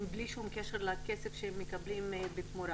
בלי שום קשר לכסף שהם מקבלים בתמורה.